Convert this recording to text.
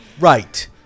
right